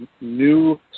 new